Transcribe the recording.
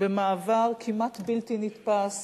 במעבר כמעט בלתי נתפס